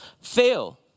fail